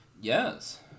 yes